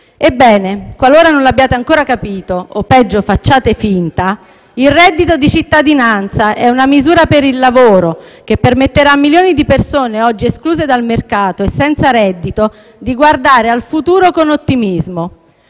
Ebbene, qualora non l'abbiate ancora capito - o peggio facciate finta - il reddito di cittadinanza è una misura per il lavoro, che permetterà a milioni di persone oggi escluse dal mercato e senza reddito di guardare al futuro con ottimismo.